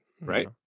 Right